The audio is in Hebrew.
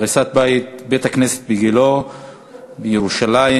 הריסת בית-הכנסת בגילה בירושלים,